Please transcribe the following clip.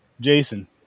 Jason